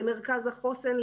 למרכז החוסן,